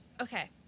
Okay